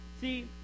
See